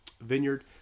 vineyard